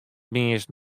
meast